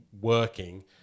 working